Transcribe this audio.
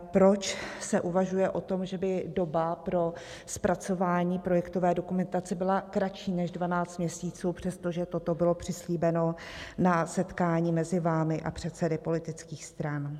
Proč se uvažuje o tom, že by doba pro zpracování projektové dokumentace byla kratší než 12 měsíců, přestože toto bylo přislíbeno na setkání mezi vámi a předsedy politických stran?